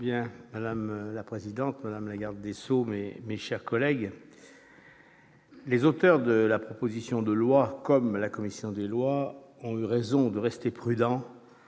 Madame la présidente, madame la garde des sceaux, mes chers collègues, les auteurs de la proposition de loi, tout comme les membres de la commission des lois, ont eu raison de rester prudents